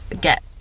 get